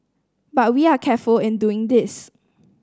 but we are careful in doing this